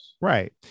Right